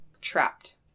trapped